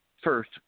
first